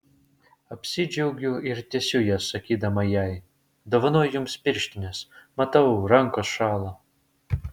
apsidžiaugiu ir tiesiu jas sakydama jai dovanoju jums pirštines matau rankos šąla